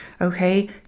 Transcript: Okay